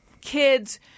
kids